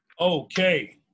Okay